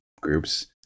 groups